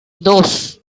dos